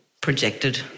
projected